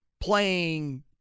playing